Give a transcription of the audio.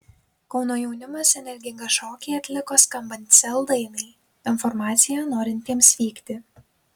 kauno jaunimas energingą šokį atliko skambant sel dainai informacija norintiems vykti